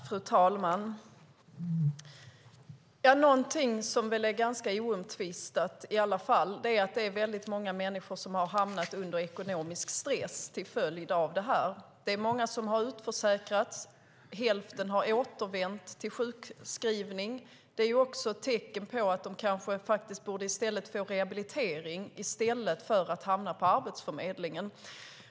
Fru talman! Någonting som i alla fall är ganska oomtvistat är att många människor har hamnat i ekonomisk stress till följd av det här. Många har utförsäkrats och hälften har återvänt till sjukskrivning. Det är också ett tecken på att de faktiskt borde få rehabilitering i stället för att hamna på Arbetsförmedlingen.